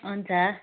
हुन्छ